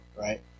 Right